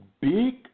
big